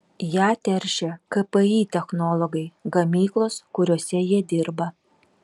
ją teršia kpi technologai gamyklos kuriose jie dirba